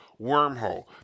wormhole